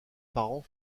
parents